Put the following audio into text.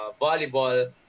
volleyball